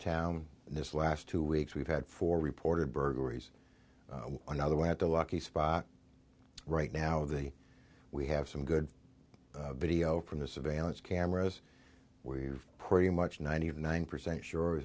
in this last two weeks we've had four reported burglaries another one at the lucky spot right now the we have some good video from the surveillance cameras where pretty much ninety nine percent sure